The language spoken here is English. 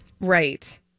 Right